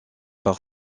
par